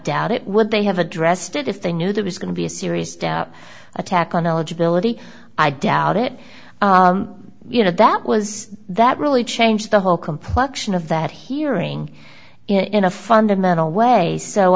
doubt it would they have addressed it if they knew there was going to be a serious doubt attack on eligibility i doubt it you know that was that really changed the whole complection of that hearing in a fundamental way so